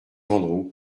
andrew